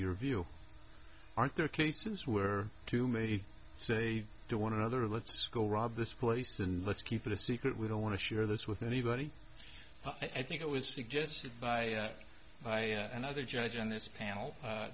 your view aren't there are cases where two may say to one another let's go rob this place then let's keep it a secret we don't want to share this with anybody but i think it was suggested by another judge on this panel